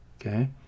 Okay